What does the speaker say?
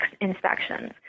inspections